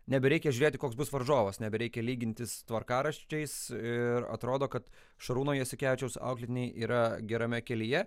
nebereikia žiūrėti koks bus varžovas nebereikia lygintis tvarkaraščiais ir atrodo kad šarūno jasikevičiaus auklėtiniai yra gerame kelyje